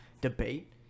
debate